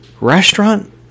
restaurant